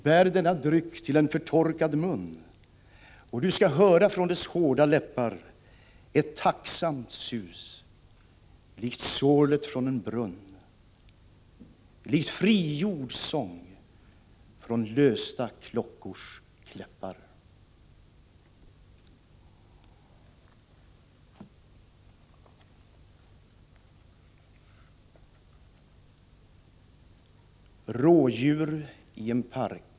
Bär denna dryck till en förtorkad mun och du skall höra från dess hårda läppar ett tacksamt sus likt sorlet från en brunn, likt frigjord sång från lösta klockors kläppar.